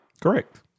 Correct